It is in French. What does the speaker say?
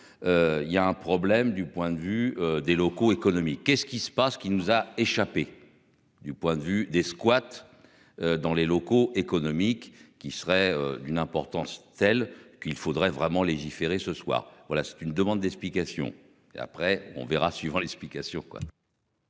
Il y a un problème du point de vue des locaux économique qu'est-ce qui se passe, ce qui nous a échappé du point de vue des squats. Dans les locaux économique qui serait d'une importance telle qu'il faudrait vraiment légiférer ce soir, voilà c'est une demande d'explication et après on verra. Suivant l'explication